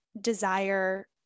desire